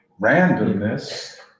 randomness